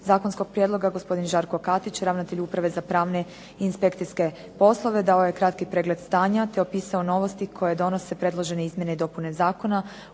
zakonskog prijedloga gospodin Žarko Katić ravnatelj Uprave za pravne i inspekcijske poslove dao je kratki pregled stanja te opisao novosti koje donose predložene izmjene i dopune Zakona